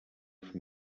from